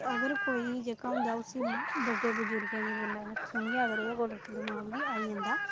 अगर कोई जेह्का होंदा उसी बड्डे बजुर्गें दी गल्लां सुनियै अगर ओह्दे कोल इक दमाग बी आई जंदा